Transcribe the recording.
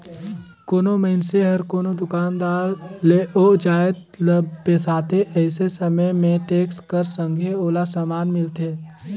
कोनो मइनसे हर कोनो दुकानदार ले ओ जाएत ल बेसाथे अइसे समे में टेक्स कर संघे ओला समान मिलथे